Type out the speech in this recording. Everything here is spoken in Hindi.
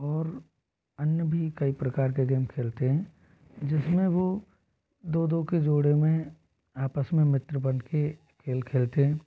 और अन्य भी कई प्रकार के गेम खेलते हैं जिसमें वो दो दो के जोड़े में आपस में मित्र बनके खेल खेलते हैं